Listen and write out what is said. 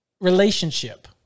relationship